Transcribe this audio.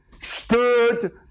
stood